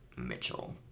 Mitchell